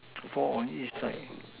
four on each side